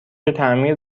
تعمیر